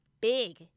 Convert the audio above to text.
big